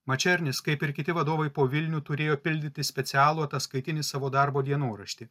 mačernis kaip ir kiti vadovai po vilnių turėjo pildyti specialų ataskaitinį savo darbo dienoraštį